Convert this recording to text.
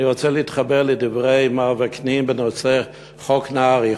אני רוצה להתחבר לדברי מר וקנין בנושא חוק נהרי.